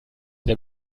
der